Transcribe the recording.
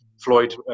Floyd